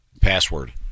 Password